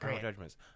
Judgments